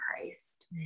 Christ